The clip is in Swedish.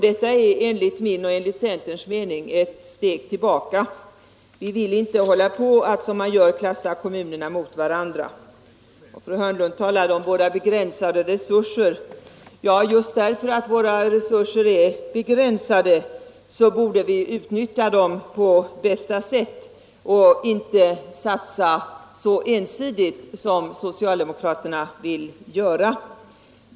Detta är enligt min och centerns mening ett steg tillbaka. Vi vill inte klassa kommunerna mot varandra. Fru Hörnlund talade om våra begränsade resurser. Just därför att våra resurser är begränsade borde vi utnyttja dem på bästa sätt och inte satsa så ensidigt som socialdemokraterna vill göra.